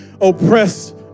oppressed